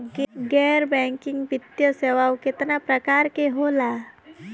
गैर बैंकिंग वित्तीय सेवाओं केतना प्रकार के होला?